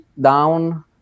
down